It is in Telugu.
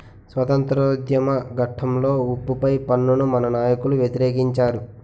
స్వాతంత్రోద్యమ ఘట్టంలో ఉప్పు పై పన్నును మన నాయకులు వ్యతిరేకించారు